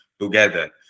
together